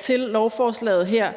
til lovforslaget her,